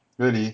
really